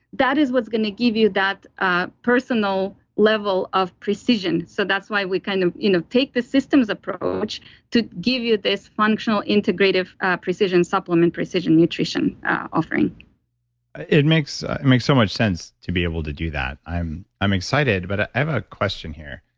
that is what's going to give you that ah personal level of precision. so that's why we kind of you know of take the systems approach to give you this functional integrative precision supplement precision nutrition offering it makes it makes so much sense to be able to do that. i'm i'm excited, but i have a question here.